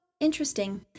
interesting